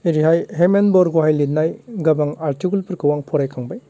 ओरैहाय हेमेन बरगहाय लिरनाय गोबां आर्टिकोलफोरखौ आं फरायखांबाय